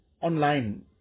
online